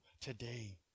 today